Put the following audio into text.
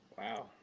Wow